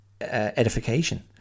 edification